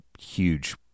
huge